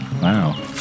Wow